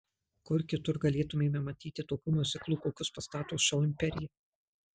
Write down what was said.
kur kitur galėtumėme pamatyti tokių miuziklų kokius pastato šou imperija